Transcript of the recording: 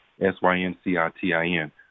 S-Y-N-C-I-T-I-N